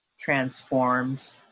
transformed